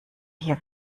hier